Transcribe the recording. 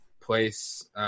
place